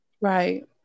Right